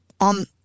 on